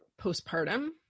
postpartum